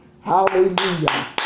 Hallelujah